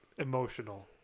emotional